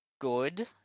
good